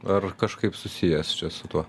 ar kažkaip susijęs su tuo